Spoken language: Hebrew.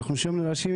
אנחנו שם רשומים,